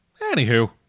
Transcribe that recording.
anywho